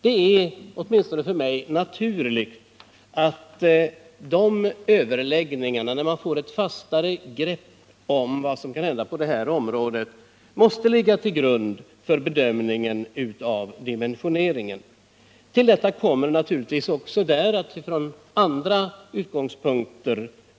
Det är åtminstone för mig naturligt att de överläggningarna, när de lett fram till en klarare uppfattning om vad som kan hända på detta område, måste ligga till grund för bedömningen av utbildningsdimensioneringen på området. Till detta kommer naturligtvis att lärarbehovet också där måste bedömas från andra utgångspunkter.